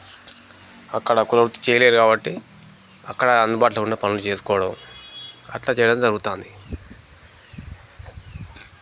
అక్కడ కుల వృత్తి చేయలేరు కాబట్టి అక్కడ అందుబాటులో ఉన్న పనులు చేసుకోవడం అట్లా చేయడం జరుగుతూ ఉంది